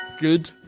Good